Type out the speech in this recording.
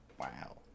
Wow